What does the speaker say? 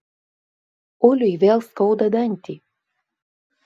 uliui vėl skauda dantį